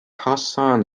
hassan